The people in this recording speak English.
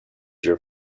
your